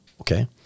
Okay